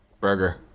Burger